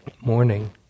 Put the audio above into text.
morning